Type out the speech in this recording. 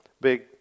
big